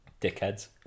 Dickheads